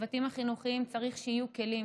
לצוותים החינוכיים צריך שיהיו כלים,